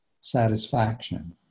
satisfaction